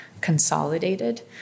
consolidated